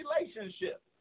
relationship